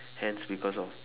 hence because of